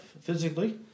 physically